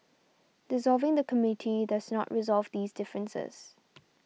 dissolving the Committee does not resolve these differences